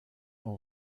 all